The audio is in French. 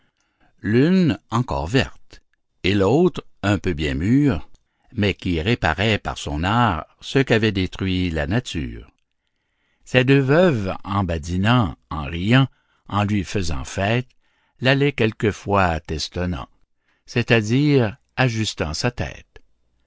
l'une encor verte et l'autre un peu bien mûre mais qui réparait par son art ce qu'avait détruit la nature ces deux veuves en badinant en riant en lui faisant fête l'allaient quelquefois tâtonnant c'est-à-dire ajustant sa tête